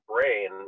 brain